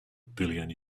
billion